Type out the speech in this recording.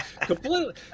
completely